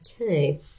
Okay